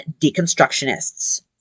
deconstructionists